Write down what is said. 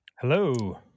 Hello